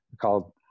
called